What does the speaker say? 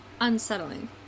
Unsettling